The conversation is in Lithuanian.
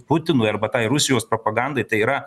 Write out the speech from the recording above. putinui arba tai rusijos propagandai tai yra